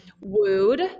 wooed